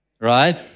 right